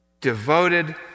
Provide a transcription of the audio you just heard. devoted